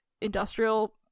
industrial